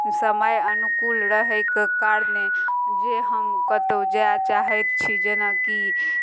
समय अनुकूल रहयके कारणे जे हम कतहु जाय चाहैत छी जेनाकि